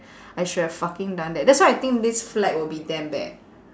I should have fucking done that that's why I think this flag will be damn bad